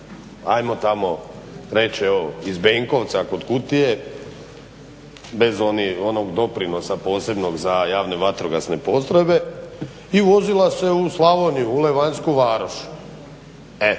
ajmo tamo reći iz Benkovca kod Kutije bez onog doprinosa posebnog za javne vatrogasne postrojbe i vozila se u Slavoniju, u Levanjsku Varoš. To